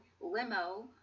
limo